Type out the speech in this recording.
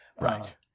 right